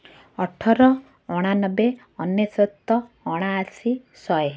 ଅଠର ଅଣାନବେ ଅନେଶ୍ୱତ ଅଣାଅଶୀ ଶହେ